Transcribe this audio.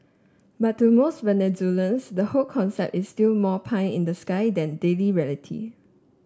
but to most Venezuelans the whole concept is still more pie in the sky than daily reality